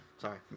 Sorry